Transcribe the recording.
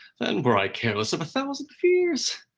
then were i careless of a thousand fears.